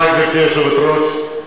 גברתי היושבת-ראש,